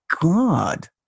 God